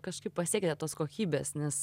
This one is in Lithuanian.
kažkaip pasiekėte tos kokybės nes